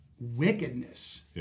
wickedness